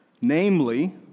namely